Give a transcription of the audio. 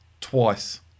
twice